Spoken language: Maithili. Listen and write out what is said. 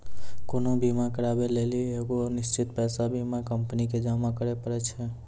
कोनो बीमा कराबै लेली एगो निश्चित पैसा बीमा कंपनी के जमा करै पड़ै छै